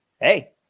hey